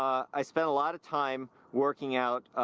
i spend a lot of time working out